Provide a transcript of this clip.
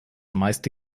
meiste